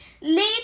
late